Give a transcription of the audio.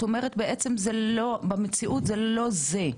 את אומרת בעצם זה לא במציאות זה לא זה?